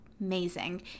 amazing